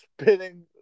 spinning